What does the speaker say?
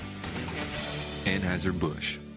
Anheuser-Busch